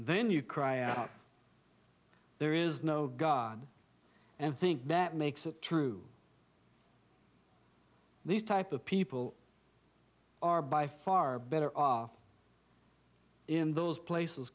then you cry out there is no god and think that makes it true these type of people are by far better off in those places